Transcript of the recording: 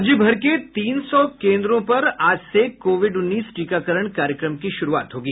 राज्यभर के तीन सौ केन्द्रों पर आज से कोविड उन्नीस टीकाकरण कार्यक्रम की शुरूआत होगी